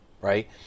right